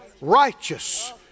righteous